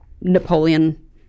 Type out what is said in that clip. Napoleon